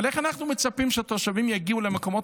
אבל איך אנחנו מצפים שהתושבים יגיעו למקומות